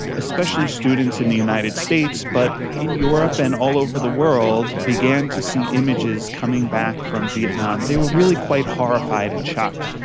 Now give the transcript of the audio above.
especially students in the united states but in europe and all over the world began to see images coming back from vietnam, they were really quite horrified and shocked.